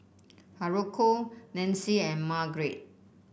Haruko Nancy and Margrett